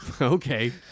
okay